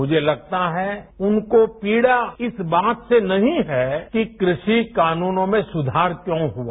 मुझे लगता है उनको पीड़ा इस बात से नहीं है कि कृषि कानूनों में सुधार क्यों हुआ